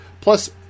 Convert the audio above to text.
Plus